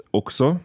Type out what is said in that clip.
också